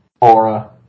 aura